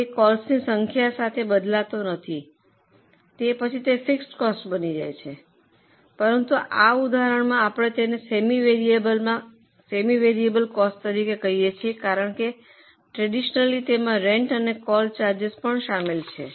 તે કોલ્સની સંખ્યા સાથે બદલાતો નથી તે પછી ફિક્સડ કોસ્ટ બની જાય છે પરંતુ આ ઉદાહરણમાં આપણે તેને સેમી વેરિયેબલમાં કોસ્ટ તરીકે કહીએ છીએ કારણ કે ટ્રેડિશનલિ તેમાં રેન્ટ અને કોલ ચાર્જિસ શામેલ છે